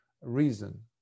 reason